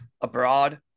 abroad